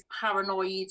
paranoid